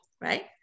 right